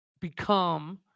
become